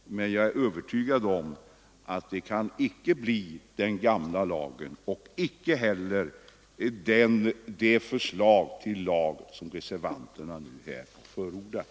Men jag är övertygad om att det inte kan bli den gamla lagen och inte heller det förslag till lag som reservanterna här förordar.